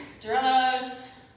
drugs